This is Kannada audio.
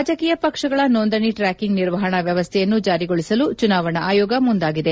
ರಾಜಕೀಯ ಪಕ್ಷಗಳ ನೋಂದಣೆ ಟ್ರ್ಯಾಕಿಂಗ್ ನಿರ್ವಹಣಾ ವ್ಚವಸ್ವೆಯನ್ನು ಜಾರಿಗೊಳಿಸಲು ಚುನಾವಣಾ ಆಯೋಗ ಮುಂದಾಗಿದೆ